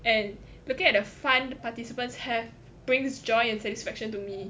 and looking at the fun participants have brings joy and satisfaction to me